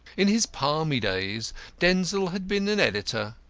in his palmy days denzil had been an editor,